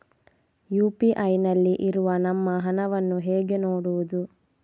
UPI ನಲ್ಲಿ ಇರುವ ನಮ್ಮ ಹಣವನ್ನು ಹೇಗೆ ನೋಡುವುದು?